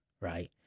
right